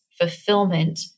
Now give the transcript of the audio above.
fulfillment